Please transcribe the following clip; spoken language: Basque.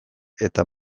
eta